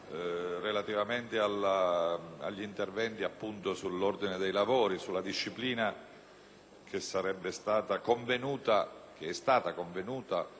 relativamente agli interventi sull'ordine dei lavori e alla disciplina che è stata convenuta